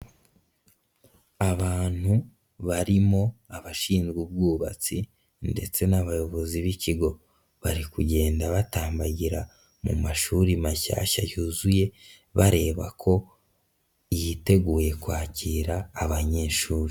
Abantu barimo abashinzwe ubwubatsi ndetse n'abayobozi b'ikigo bari kugenda batambagira mu mashuri mashyashya yuzuye bareba ko yiteguye kwakira abanyeshuri.